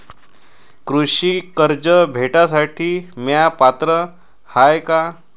कृषी कर्ज भेटासाठी म्या पात्र हाय का?